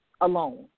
alone